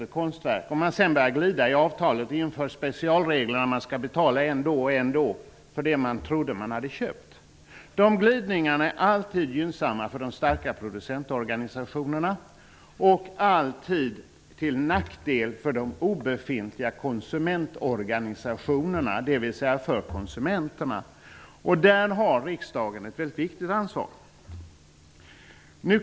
Sådana glidningar kan innebära att man efter det att någon har köpt ett konstverk inför specialregler om att betalning skall ske än då och än då, betalning för det som vederbörande trodde att han redan hade köpt. Sådana glidningar är också alltid till nackdel för de obefintliga konsumentorganisationerna, dvs. för konsumenterna. Riksdagen har i det sammanhanget ett väldigt viktigt ansvar.